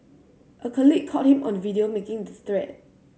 a colleague caught him on video making the threat